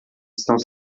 estão